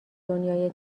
دنیای